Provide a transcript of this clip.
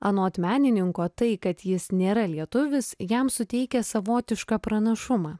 anot menininko tai kad jis nėra lietuvis jam suteikia savotišką pranašumą